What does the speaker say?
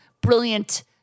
brilliant